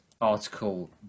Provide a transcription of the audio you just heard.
article